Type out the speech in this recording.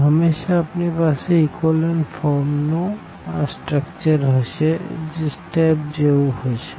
તો હમેશા આપણી પાસે ઇકોલન ફોર્મ નું આ સ્ટ્રકચર હશે જે સ્ટેપ જેવું હશે